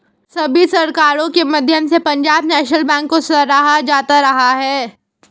सभी सरकारों के माध्यम से पंजाब नैशनल बैंक को सराहा जाता रहा है